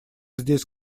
здесь